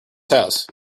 house